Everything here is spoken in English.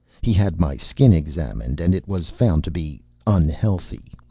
he had my skin examined, and it was found to be unhealthy.